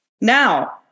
Now